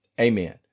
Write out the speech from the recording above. amen